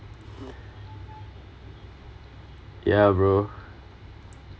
ya bro